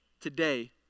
today